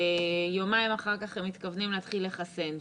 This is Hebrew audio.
יומיים אחר כך הם מתכוונים להתחיל לחסן שם.